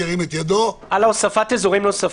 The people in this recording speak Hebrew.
על הוספת אזורים נוספים.